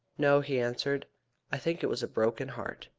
no, he answered i think it was a broken heart.